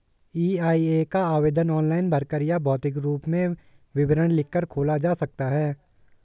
EIA का आवेदन online भरकर या भौतिक रूप में विवरण लिखकर खोला जा सकता है